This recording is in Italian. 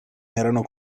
erano